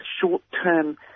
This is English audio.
short-term